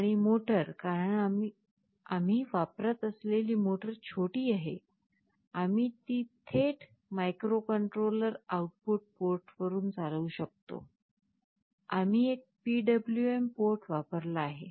आणि मोटर कारण आम्ही वापरत असलेली मोटार छोटी आहे आम्ही ती थेट मायक्रोकंट्रोलर आउटपुट पोर्टवरून चालवू शकतो आम्ही एक PWM पोर्ट वापरला आहे